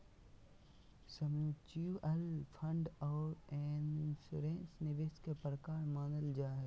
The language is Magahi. म्यूच्यूअल फंड आर इन्सुरेंस निवेश के प्रकार मानल जा हय